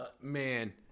Man